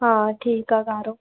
हा ठीकु आहे कारो